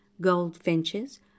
goldfinches